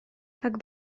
как